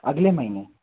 अगले महीने